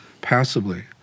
passively